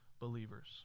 believers